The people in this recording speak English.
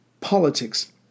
politics